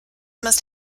must